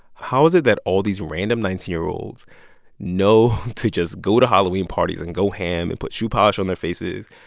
how is it that all these random nineteen year olds know to just go to halloween parties and go ham and put shoe polish on their faces?